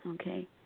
okay